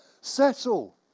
settle